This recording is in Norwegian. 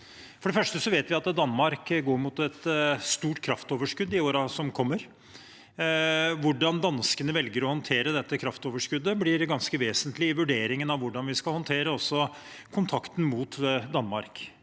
For det første vet vi at Danmark går mot et stort kraftoverskudd i årene som kommer. Hvordan danskene velger å håndtere dette kraftoverskuddet, blir også ganske vesentlig i vurderingen av hvordan vi skal håndtere kontakten mot Danmark.